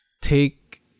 take